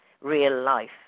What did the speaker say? real-life